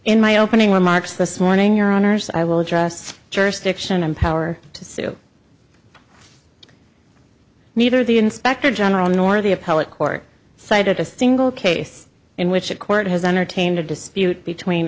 in my opening remarks this morning your honour's i will address jurisdiction and power to sue neither the inspector general nor the appellate court cited a single case in which a court has entertained a dispute between